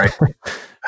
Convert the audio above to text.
right